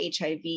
HIV